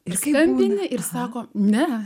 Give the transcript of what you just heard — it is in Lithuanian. ir kai rambyne ir sako ne